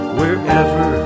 wherever